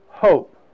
hope